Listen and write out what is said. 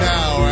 Now